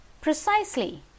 Precisely